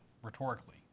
rhetorically